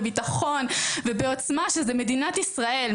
בבטחון ובעוצמה שזה מדינת ישראל,